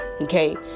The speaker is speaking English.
Okay